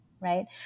Right